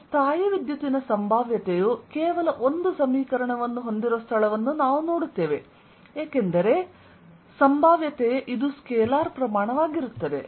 ಮತ್ತು ಸ್ಥಾಯೀವಿದ್ಯುತ್ತಿನ ಸಂಭಾವ್ಯತೆಯು ಕೇವಲ ಒಂದು ಸಮೀಕರಣವನ್ನು ಹೊಂದಿರುವ ಸ್ಥಳವನ್ನು ನಾವು ನೋಡುತ್ತೇವೆ ಏಕೆಂದರೆ ಇದು ಸ್ಕೇಲಾರ್ ಪ್ರಮಾಣವಾಗಿರುತ್ತದೆ